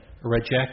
Reject